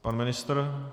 Pan ministr?